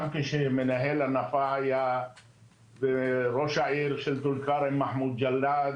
כשמנהל הנפה היה וראש העיר של טול כרם מחמוד ג'לאד,